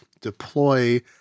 deploy